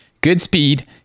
Goodspeed